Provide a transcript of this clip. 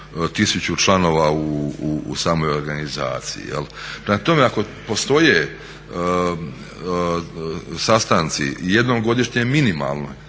tih 1000 članova u samoj organizaciji. Prema tome, ako postoje sastanci jednom godišnje minimalno,